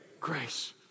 grace